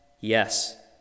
Yes